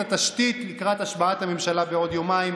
התשתית לקראת השבעת הממשלה בעוד יומיים.